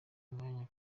mwanya